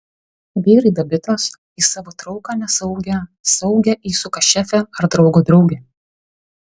vyrai dabitos į savo trauką nesaugią saugią įsuka šefę ar draugo draugę